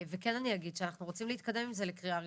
וכן אני אגיד שאנחנו רוצים להתקדם עם זה לקריאה ראשונה,